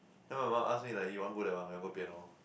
then my mom as me like eh you want to go that one or you want to go piano